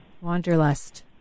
Wanderlust